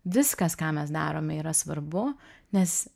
viskas ką mes darome yra svarbu nes